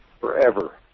forever